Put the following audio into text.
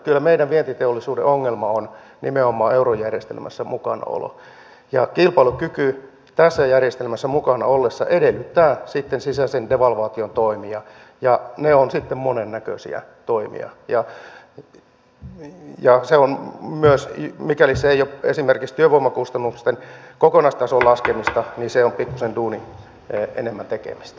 kyllä meidän vientiteollisuuden ongelma on nimenomaan eurojärjestelmässä mukanaolo ja kilpailukyky tässä järjestelmässä mukana ollessa edellyttää sitten sisäisen devalvaation toimia ja ne ovat sitten monennäköisiä toimia ja mikäli se ei ole esimerkiksi työvoimakustannusten kokonaistason laskemista niin se on pikkuisen enemmän duunin tekemistä